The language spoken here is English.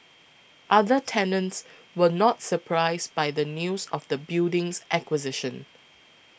other tenants were not surprised by the news of the building's acquisition